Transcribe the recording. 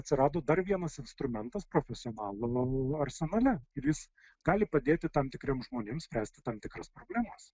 atsirado dar vienas instrumentas profesionalų arsenale ir jis gali padėti tam tikriem žmonėm spręsti tam tikras problemas